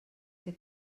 que